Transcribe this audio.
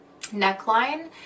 neckline